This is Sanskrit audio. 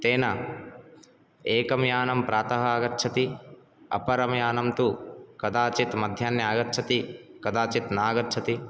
तेन एकं यानं प्रातः आगच्छति अपरं यानं तु कदाचित् मध्याह्ने आगच्छति कदाचित् नागच्छति